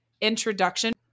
introduction